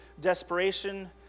desperation